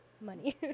money